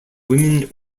women